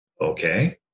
okay